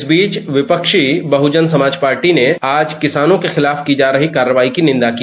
इस बीच विपक्षी बहुजन समाज पार्टी ने आज किसानों के खिलाफ की जा रही कार्रवाई की निंदा की